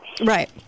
Right